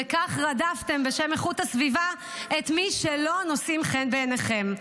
וכך רדפתם בשם איכות הסביבה את מי שלא נושאים חן בעיניכם.